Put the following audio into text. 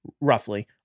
roughly